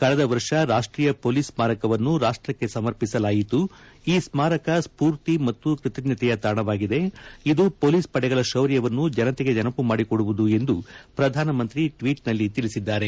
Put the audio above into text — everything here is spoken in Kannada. ಕಳೆದ ವರ್ಷ ರಾಷ್ಟೀಯ ಮೊಲೀಸ್ ಸ್ಮಾರಕವನ್ನು ರಾಷ್ಟಕ್ಕೆ ಸಮರ್ಪಸಲಾಯಿತು ಈ ಸ್ಮಾರಕ ಸ್ಪೂರ್ತಿ ಮತ್ತು ಕೃತಜ್ಞತೆಯ ತಾಣವಾಗಿದೆ ಇದು ಪೊಲೀಸ್ ಪಡೆಗಳ ಶೌರ್ಯವನ್ನು ಜನತೆಗೆ ನೆನಮ ಮಾಡಿಕೊಡುವುದು ಎಂದು ಪ್ರಧಾನಮಂತ್ರಿ ಟ್ವೀಟ್ನಲ್ಲಿ ತಿಳಿಸಿದ್ದಾರೆ